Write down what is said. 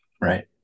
right